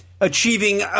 achieving